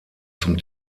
zum